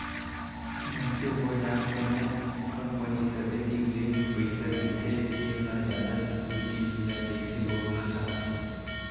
मनसे होय या कोनो कंपनी सबे तीर जेन भी पइसा रहिथे तेन ल जादा संतुस्टि मिलय तइसे बउरना चाहथे